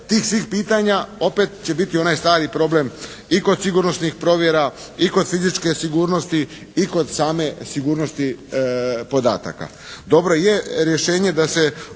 svih tih pitanja opet će biti onaj stari problem i kod sigurnosnih provjera, i kod fizičke sigurnosti i kod same sigurnosti podataka. Dobro je rješenje da se